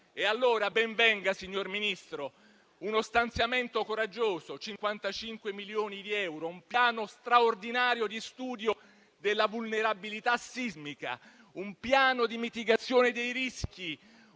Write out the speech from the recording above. vengano, quindi, signor Ministro, uno stanziamento coraggioso di 55 milioni di euro, un piano straordinario di studio della vulnerabilità sismica, un piano di mitigazione dei rischi,